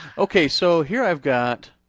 okay so here i've got,